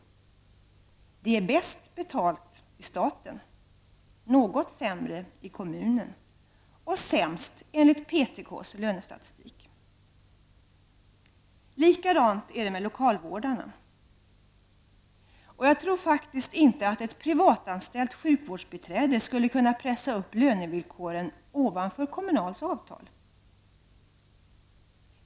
Detta arbete är bäst betalt inom staten och något sämre betalt inom kommunen. Sämst betalt är det enligt PTKs lönestatistik. Likadant är det med lokalvårdarna. Jag tror faktiskt inte att ett privatanställt sjukvårdsbiträde skulle kunna pressa upp lönevillkoren till nivåer över Kommunals avtal.